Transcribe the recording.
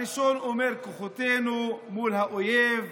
הראשון אומר "כוחותינו", מול האויב,